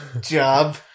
job